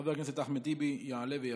חבר הכנסת אחמד טיבי, יעלה ויבוא.